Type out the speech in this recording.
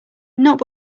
not